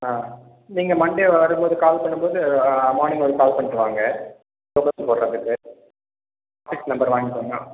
ஆ நீங்கள் மண்டே வரும்போது கால் பண்ணும் போது மார்னிங் வரும் போது கால் பண்ணிட்டு வாங்க போடுறதுக்கு ஆஃபீஸ் நம்பர் வாங்கிக்கோங்க